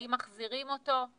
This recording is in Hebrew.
האם מחזירים אותו?